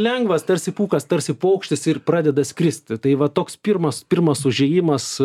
lengvas tarsi pūkas tarsi paukštis ir pradeda skrist tai va toks pirmas pirmas užėjimas